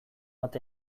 bat